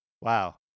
Wow